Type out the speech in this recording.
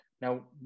Now